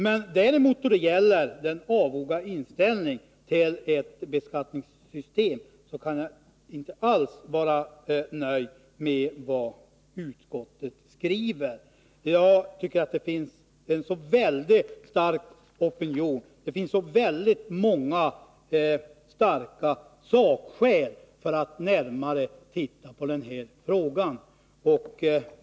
Då det gäller den avoga inställningen till ett beskattningssystem kan jag däremot inte alls vara nöjd med vad utskottet skriver. Jag tycker att det finns en så stark opinion och så väldigt många sakskäl för att man skall titta närmare på den här frågan.